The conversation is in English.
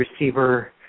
receiver